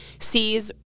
Sees